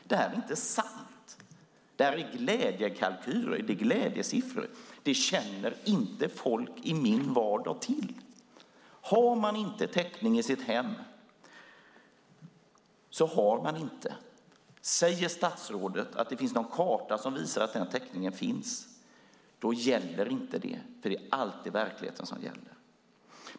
Det här är alltså inte sant. Det här är glädjekalkyler. Det är glädjesiffror. Det här känner inte folk i min vardag till. Har man inte täckning i sitt hem, så har man inte det. Säger statsrådet att det finns någon karta som visar att den täckningen finns gäller inte den, för det är alltid verkligheten som gäller.